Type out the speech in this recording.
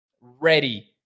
ready